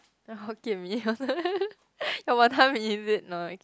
the Hokkien Mee your Wanton-Mee is it no